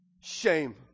shame